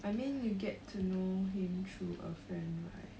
I mean you get to know him through a friend right